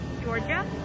Georgia